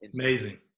Amazing